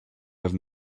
have